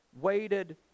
waited